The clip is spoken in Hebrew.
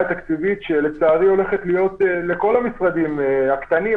התקציבית שלצערי הולכת להיות לכל המשרדים הקטנים,